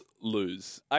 lose